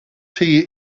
tea